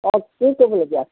অ কি ক'বলগীয়া